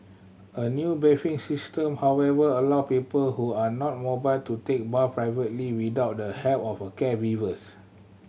a new bathing system however allow people who are not mobile to take baths privately without the help of a caregivers